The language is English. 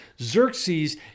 Xerxes